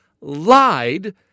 lied